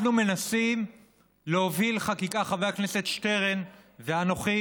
אנחנו מנסים להוביל חקיקה, חבר הכנסת שטרן ואנוכי